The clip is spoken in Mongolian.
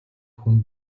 хүн